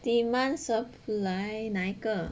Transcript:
demand supply 那一个